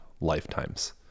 lifetimes